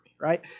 right